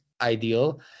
ideal